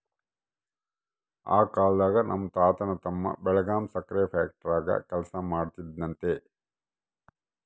ಆ ಕಾಲ್ದಾಗೆ ನಮ್ ತಾತನ್ ತಮ್ಮ ಬೆಳಗಾಂ ಸಕ್ರೆ ಫ್ಯಾಕ್ಟರಾಗ ಕೆಲಸ ಮಾಡ್ತಿದ್ನಂತೆ